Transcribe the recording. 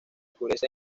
oscurece